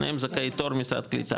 שניהם זכאי תור משרד הקליטה.